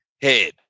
head